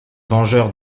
vengeurs